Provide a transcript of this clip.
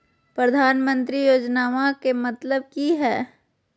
प्रधानमंत्री योजनामा के मतलब कि हय?